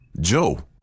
Joe